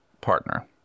partner